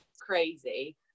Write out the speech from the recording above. crazy